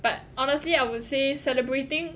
but honestly I would say celebrating